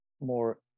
more